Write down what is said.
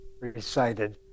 recited